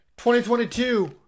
2022